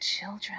children